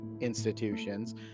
institutions